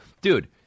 dude